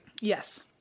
Yes